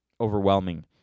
overwhelming